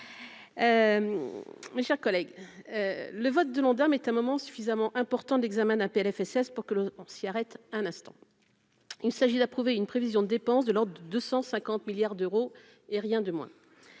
mes chers collègues, le vote de l'Ondam est un moment suffisamment important d'examen d'un PLFSS pour que l'on s'y arrête un instant, il s'agit d'approuver une prévision de dépenses de l'ordre de 250 milliards d'euros et rien de moins,